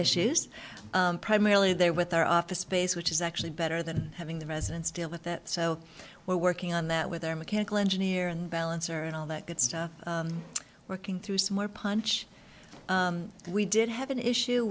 issues primarily there with our office space which is actually better than having the residents deal with that so we're working on that with their mechanical engineer and balancer and all that good stuff working through some more punch we did have an issue